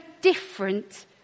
different